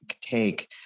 take